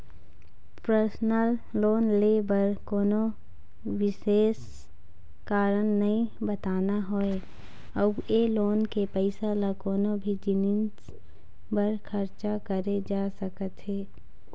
personal loan ले बर कोनो बिसेस कारन नइ बताना होवय अउ ए लोन के पइसा ल कोनो भी जिनिस बर खरचा करे जा सकत हे